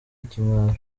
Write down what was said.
ikimwaro